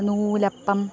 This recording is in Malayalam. നൂലപ്പം